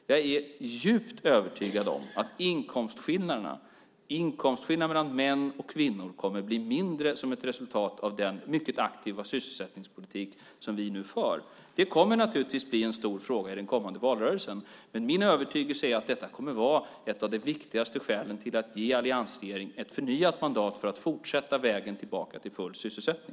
Jag är djupt övertygad om att inkomstskillnaderna mellan män och kvinnor kommer att bli mindre som ett resultat av den mycket aktiva sysselsättningspolitik som vi nu för. Det kommer naturligtvis att bli en stor fråga i den kommande valrörelsen. Det är min övertygelse att detta kommer att vara ett av de viktigaste skälen till att ge alliansregeringen ett förnyat mandat för att fortsätta på vägen tillbaka till full sysselsättning.